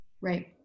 Right